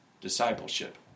discipleship